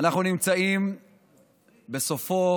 אנחנו נמצאים בסופו,